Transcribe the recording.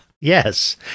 Yes